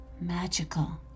magical